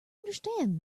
understand